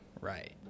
Right